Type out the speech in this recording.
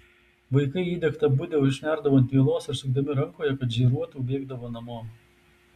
vaikai įdegtą budę užnerdavo ant vielos ir sukdami rankoje kad žėruotų bėgdavo namo